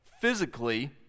physically